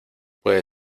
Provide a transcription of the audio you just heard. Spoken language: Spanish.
puede